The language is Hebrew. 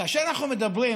כאשר אנחנו מדברים,